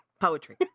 poetry